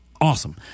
awesome